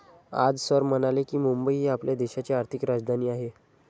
आज सर म्हणाले की, मुंबई ही आपल्या देशाची आर्थिक राजधानी आहे